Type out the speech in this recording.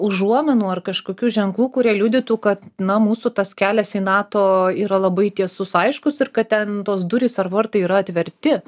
užuominų ar kažkokių ženklų kurie liudytų kad na mūsų tas kelias į nato yra labai tiesus aiškus ir kad ten tos durys ar vartai yra atverti